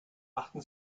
achten